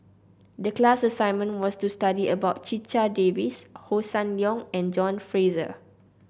the class assignment was to study about Checha Davies Hossan Leong and John Fraser